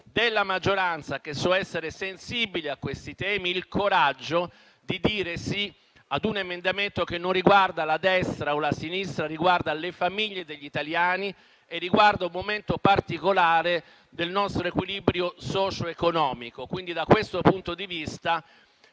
della maggioranza che so essere sensibili a questi temi, il coraggio di dire sì ad un emendamento che non riguarda la destra o la sinistra, ma riguarda le famiglie degli italiani e un momento particolare del nostro equilibrio socio economico. Quindi, da questo punto di vista,